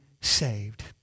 saved